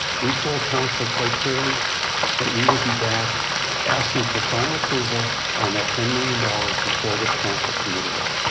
we told council quite clearly but we would be back asking for final approval on that ten million dollars before this council committed it.